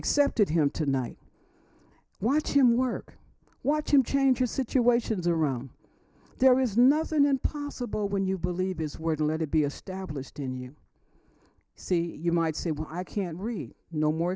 accepted him tonight watch him work watch him change your situations around there is nothing impossible when you believe his word let it be established in u see you might say well i can't read no more